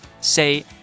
say